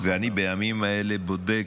אני בימים האלה בודק,